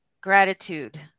gratitude